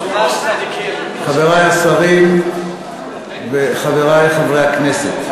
חברי השרים וחברי חברי הכנסת,